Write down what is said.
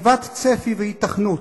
חטיבת צפי והיתכנות,